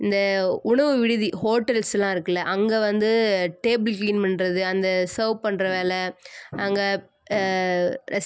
இந்த உணவு விடுதி ஹோட்டல்ஸுலாம் இருக்குதுல அங்கே வந்து டேபிள் க்ளீன் பண்ணுறது அந்த சர்வ் பண்ணுற வேலை அங்கே ரெஸ்ட்